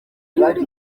y’uri